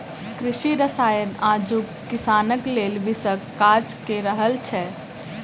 कृषि रसायन आजुक किसानक लेल विषक काज क रहल छै